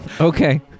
okay